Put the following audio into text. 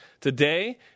Today